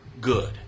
good